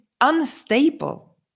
unstable